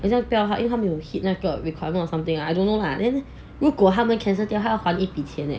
人家不要他因为他没有 hit 那个 requirement or something I don't know lah then 如果他们 cancel 掉他他要还一笔钱